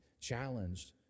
challenged